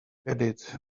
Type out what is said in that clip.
added